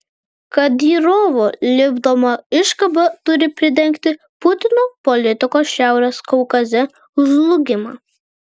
kadyrovo lipdoma iškaba turi pridengti putino politikos šiaurės kaukaze žlugimą